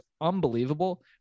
unbelievable